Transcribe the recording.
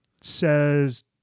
says